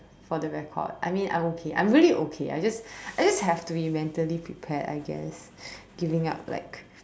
for the record I mean I'm okay I'm really okay I just I just have to be mentally prepared I guess giving up like